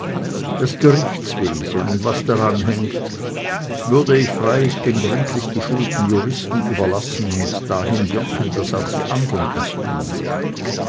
das gerichtswesen und was daran hängt würde ich freilich den gründlich geschulten juristen überlassen und dahin wirken daß auch die andern es tun